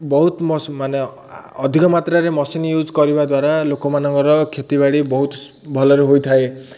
ବହୁତ ମ ମାନେ ଅଧିକ ମାତ୍ରାରେ ମେସିନ୍ ୟୁଜ୍ କରିବା ଦ୍ୱାରା ଲୋକମାନଙ୍କର କ୍ଷେତିବାଡ଼ି ବହୁତ ଭଲରେ ହେଇଥାଏ